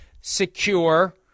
secure